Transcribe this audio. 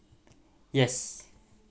yes